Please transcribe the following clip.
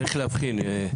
צריך להבחין,